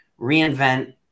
reinvent